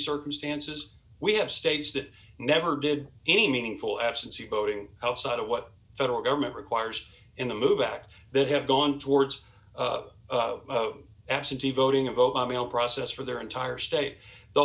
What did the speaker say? circumstances we have states that never did any meaningful absence of voting outside of what federal government requires in the move act that have gone towards absentee voting a vote by mail process for their entire state the